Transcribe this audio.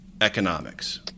economics